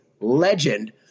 legend